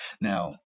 Now